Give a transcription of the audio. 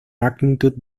magnitude